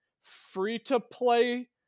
free-to-play